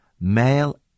male